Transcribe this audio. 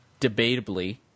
debatably